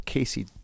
Casey